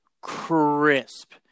crisp